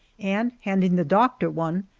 and handing the doctor one,